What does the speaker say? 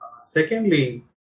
Secondly